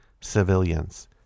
civilians